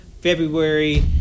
February